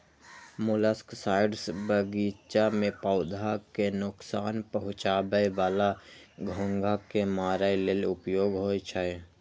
molluscicides बगीचा मे पौधा कें नोकसान पहुंचाबै बला घोंघा कें मारै लेल उपयोग होइ छै